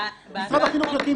שמשרד החינוך יקים.